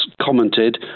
commented